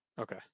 Okay